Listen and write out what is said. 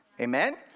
Amen